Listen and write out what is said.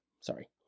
Sorry